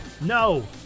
No